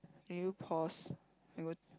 can you pause I go